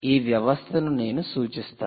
ఈ వ్యవస్థను నేను సూచిస్తాను